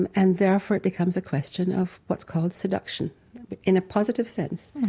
and and therefore it becomes a question of what's called seduction in a positive sense.